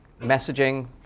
messaging